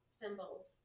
symbols